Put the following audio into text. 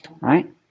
Right